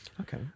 Okay